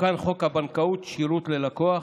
תוקן חוק הבנקאות (שירות ללקוח),